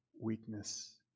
weakness